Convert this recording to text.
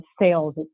sales